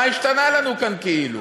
מה השתנה לנו כאן כאילו.